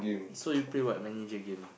so you play what manager game